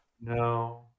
No